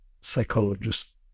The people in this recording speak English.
psychologist